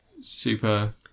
Super